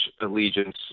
allegiance